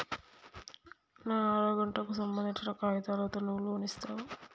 నా అర గంటకు సంబందించిన కాగితాలతో నువ్వు లోన్ ఇస్తవా?